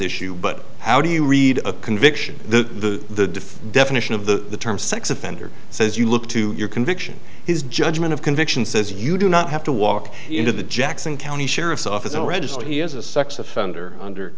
issue but how do you read a conviction the definition of the term sex offender says you look to your conviction his judgment of convictions says you do not have to walk into the jackson county sheriff's office and register he is a sex offender under